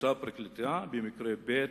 במקרה ב'